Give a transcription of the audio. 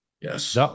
Yes